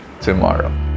tomorrow